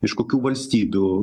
iš kokių valstybių